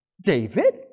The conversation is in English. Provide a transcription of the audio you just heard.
David